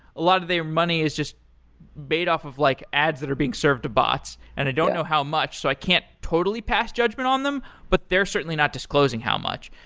a lot of their money is just made off of like ads that are being served to bots, and i don't know how much, so i can't totally pass judgment on them, but they're certainly not disclosing how much.